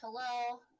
hello